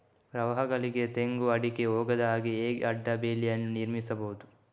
ಪ್ರವಾಹಗಳಿಗೆ ತೆಂಗು, ಅಡಿಕೆ ಹೋಗದ ಹಾಗೆ ಹೇಗೆ ಅಡ್ಡ ಬೇಲಿಯನ್ನು ನಿರ್ಮಿಸಬಹುದು?